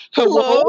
Hello